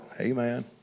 Amen